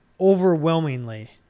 overwhelmingly